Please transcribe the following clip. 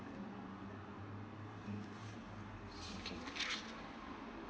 okay